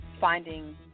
finding